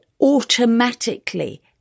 automatically